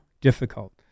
difficult